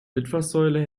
litfaßsäule